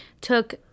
took